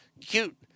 Cute